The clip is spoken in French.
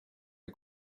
les